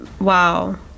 Wow